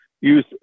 use